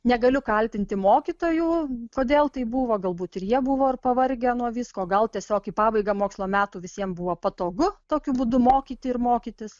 negaliu kaltinti mokytojų kodėl taip buvo galbūt ir jie buvo ir pavargę nuo visko gal tiesiog į pabaigą mokslo metų visiem buvo patogu tokiu būdu mokyti ir mokytis